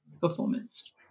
performance